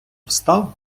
встав